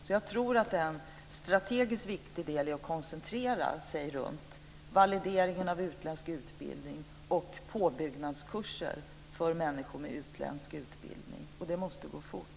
Så jag tror att en strategiskt viktig del är att koncentrera sig på valideringen av utländsk utbildning och på påbyggnadskurser för människor med utländsk utbildning, och det måste gå fort.